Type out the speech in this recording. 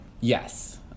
Yes